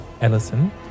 Ellison